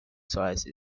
size